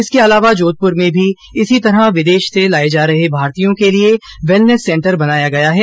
इसके अलावा जोघपुर में भी इसी तरह विदेश से लाए जा रहे भारतीयों के लिए वेलनेस सेंटर बनाया गया है